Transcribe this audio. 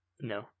No